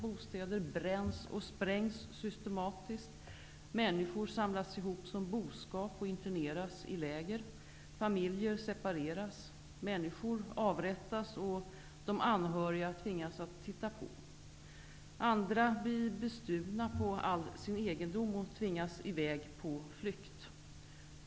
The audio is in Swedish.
Bostäder bränns och sprängs systematiskt. Människor samlas ihop som boskap och interneras i läger. Familjer separeras. Männi skor avrättas, och deras anhöriga tvingas att titta på. Andra blir bestulna på all sin egendom och tvingas iväg på flykt.